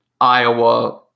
Iowa